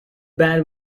band